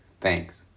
Thanks